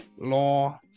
law